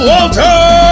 Walter